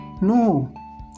No